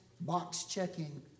box-checking